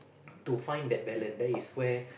to find that balance that is where